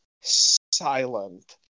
silent